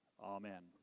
Amen